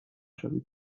شوید